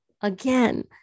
again